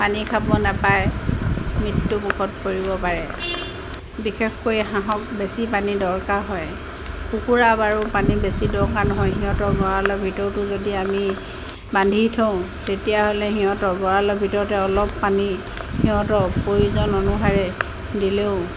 পানী খাব নাপায় মৃত্যুমুুখত পৰিব পাৰে বিশেষকৈ হাঁহক বেছি পানী দৰকাৰ হয় কুকুৰা বাৰু পানী বেছি দৰকাৰ নহয় সিহঁতৰ গঁৰালৰ ভিতৰতো যদি আমি বান্ধি থওঁ তেতিয়াহ'লে সিহঁতৰ গঁৰালৰ ভিতৰতে অলপ পানী সিহঁতৰ প্ৰয়োজন অনুসাৰে দিলেও